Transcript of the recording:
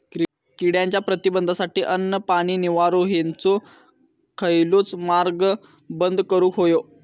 किड्यांच्या प्रतिबंधासाठी अन्न, पाणी, निवारो हेंचो खयलोय मार्ग बंद करुक होयो